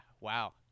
wow